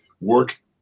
work